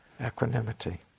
equanimity